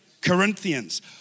Corinthians